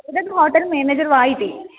इदं hotel manager वा इति